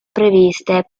previste